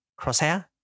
Crosshair